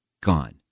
gone